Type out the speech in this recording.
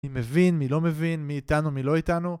מי מבין, מי לא מבין, מי איתנו, מי לא איתנו